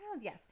yes